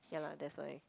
ya lah that's why